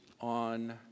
on